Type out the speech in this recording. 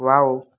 wow